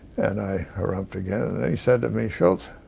and i harrumphed again and then he said to me, shultz,